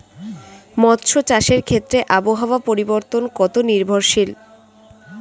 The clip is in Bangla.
মৎস্য চাষের ক্ষেত্রে আবহাওয়া পরিবর্তন কত নির্ভরশীল?